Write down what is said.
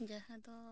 ᱡᱟᱦᱟᱸ ᱫᱚ